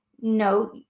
no